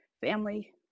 family